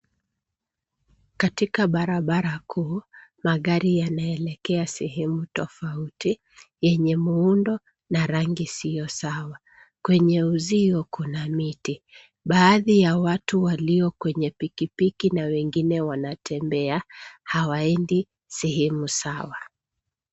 Katika barabara kuu, magari yanaelekea sehemu tofauti yenye muundo na rangi siyo sawa. Kwenye uzio kuna miti. Baadhi ya watu walio kwenye pikipiki na wengine wanatembea, hawaendi sehemu sawa.